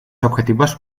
objetivos